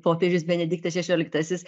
popiežius benediktas šešioliktasis